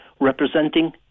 representing